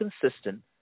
consistent